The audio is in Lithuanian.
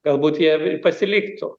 galbūt jie pasiliktų